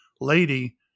lady